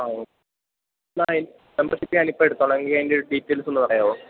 ആ ഓക്കേ ആ മെമ്പർഷിപ്പ് ഞാനിപ്പം എടുത്തോളാം അതിൻ്റെ ഡീറ്റൈൽസ് ഒന്ന് പറയാമോ